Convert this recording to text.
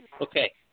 Okay